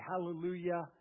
hallelujah